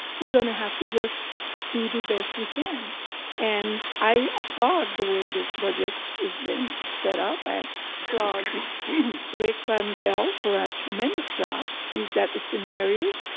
we're gonna have to just do the best we can and i applaud the way this budget has been set up. i applaud rick van pelt for a tremendous job. he's got the scenarios.